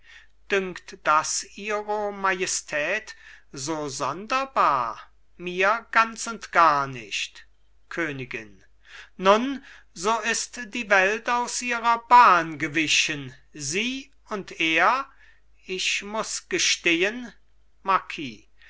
dünkt das ihre majestät so sonderbar mir ganz und gar nicht königin nun so ist die welt aus ihrer bahn gewichen sie und er ich muß gestehen